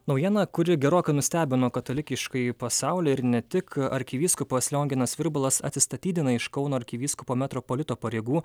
naujiena kuri gerokai nustebino katalikiškąjį pasaulį ir ne tik arkivyskupas lionginas virbalas atsistatydina iš kauno arkivyskupo metropolito pareigų